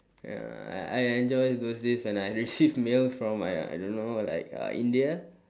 ya I I enjoy those days when I received mail from uh I don't know like uh india